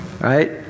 Right